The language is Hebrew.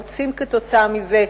כתוצאה מזה,